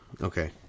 Okay